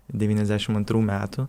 devyniasdešim antrų metų